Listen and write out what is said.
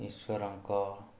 ଈଶ୍ୱରଙ୍କ